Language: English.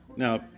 Now